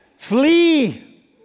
Flee